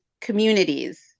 communities